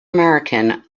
american